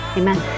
amen